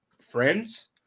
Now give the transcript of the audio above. friends